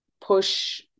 push